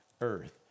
earth